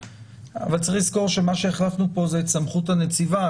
אבל צריך לזכור שמה שהחלפנו פה זה סמכות הנציבה,